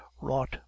wrought